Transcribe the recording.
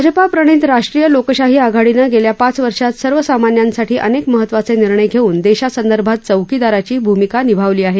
भाजपा प्रणित राष्ट्रीय लोकशाही आघाडीनं गेल्या पाच वर्षात सर्वसामान्यांसाठी अनेक महत्वाचे निर्णय घेऊन देशासंदर्भात चौकीदाराची भूमिका निभावली आहे